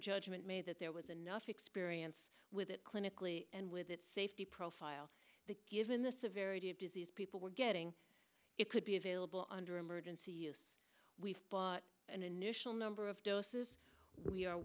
judgment made that there was enough experience with it clinically and with the safety profile given the severity of disease people were getting it could be available under emergency we've bought an initial number of doses but we are